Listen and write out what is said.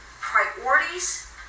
priorities